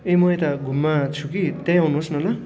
ए म यता घुममा छु कि त्यहीँ आउनुहोस् न ल